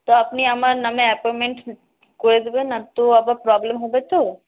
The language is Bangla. তো আপনি আমার নামে অ্যাপয়েন্টমেন্ট করে দেবেন আর তো আবার প্রবলেম হবে তো